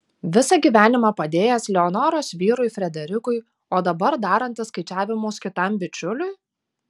visą gyvenimą padėjęs leonoros vyrui frederikui o dabar darantis skaičiavimus kitam bičiuliui